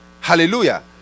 Hallelujah